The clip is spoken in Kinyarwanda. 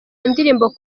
indirimbo